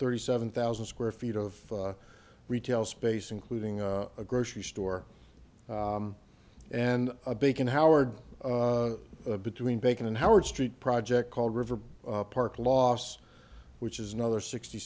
thirty seven thousand square feet of retail space including a grocery store and bacon howard between bacon and howard street project called river park loss which is another sixty